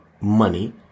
money